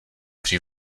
při